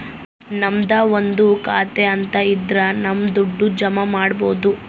ನಮ್ದು ಒಂದು ಖಾತೆ ಅಂತ ಇದ್ರ ನಮ್ ದುಡ್ಡು ಜಮ ಮಾಡ್ಬೋದು